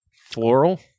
Floral